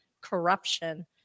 corruption